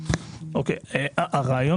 הרעיון